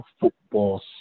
football